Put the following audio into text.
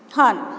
ਹਨ